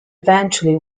eventually